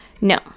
No